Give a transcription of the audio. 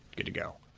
good to go.